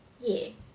yeah